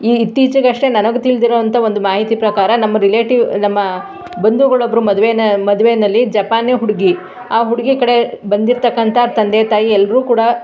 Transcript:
E ಇತ್ತೀಚಿಗಷ್ಟೇ ನನಗೆ ತಿಳಿದಿರುವಂತಹ ಒಂದು ಮಾಹಿತಿ ಪ್ರಕಾರ ನಮ್ಮ ರಿಲೇಟಿವ್ ನಮ್ಮ ಬಂಧುಗಳು ಒಬ್ಬರು ಮದುವೆ ಮದುವೆಯಲ್ಲಿ ಜಪಾನಿ ಹುಡುಗಿ ಆ ಹುಡುಗಿ ಕಡೆ ಬಂದಿರ್ತಕಂಥ ತಂದೆ ತಾಯಿ ಎಲ್ಲರೂ ಕೂಡ